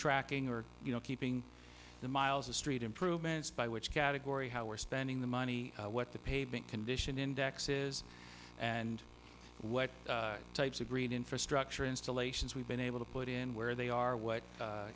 tracking or you know keeping the miles the street improvements by which category how we're spending the money what the pavement condition index is and what types of green infrastructure installations we've been able to put in where they are w